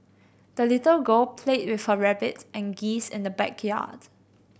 the little girl played with her rabbits and geese in the backyards